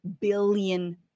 billion